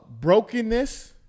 brokenness